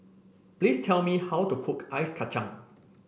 please tell me how to cook Ice Kachang